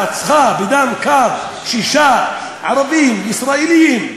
רצחה בדם קר שישה ערבים ישראלים.